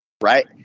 right